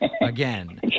Again